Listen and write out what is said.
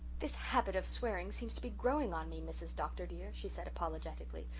this habit of swearing seems to be growing on me, mrs. dr. dear, she said apologetically.